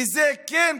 וזה כן,